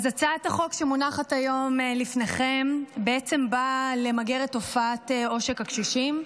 הצעת החוק שמונחת היום לפניכם בעצם באה למגר את תופעת עושק הקשישים,